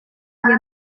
njye